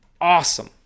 awesome